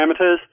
parameters